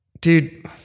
dude